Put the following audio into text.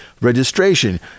registration